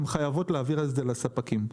הן חייבות להעביר את הכסף לספקים.